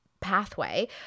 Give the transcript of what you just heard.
pathway